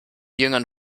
jüngern